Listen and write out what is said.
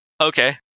okay